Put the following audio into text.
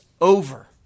over